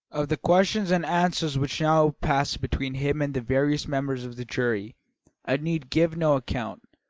of the questions and answers which now passed between him and the various members of the jury i need give no account.